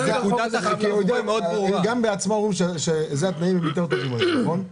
התנאים האלה יותר טובים, נכון?